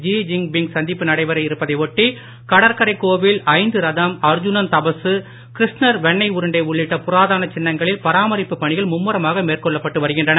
ஜீ Jinping சந்திப்பு நடைபெற இருப்பதை ஒட்டி கடற்கரை கோவில் ஐந்து ரதம் அர்ஜுனன் தபசு கிருஷ்ணர் வெண்ணை உருண்டை உள்ளிட்ட புராதனச் மும்முரமாக மேற்கொள்ளப்பட்டு வருகின்றன